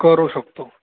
करू शकतो